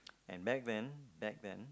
and back then back then